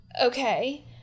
Okay